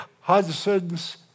Hudson's